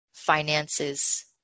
finances